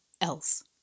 else